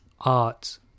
art